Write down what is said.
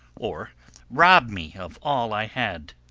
or rob me of all i had.